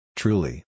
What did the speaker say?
truly